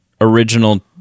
original